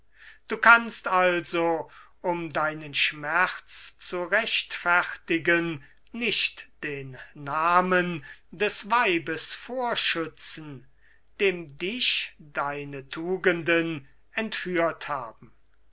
du kannst also um deinen schmerz zu rechtfertigen nicht den namen des weibes vorschützen dem dich deine tugenden entführt haben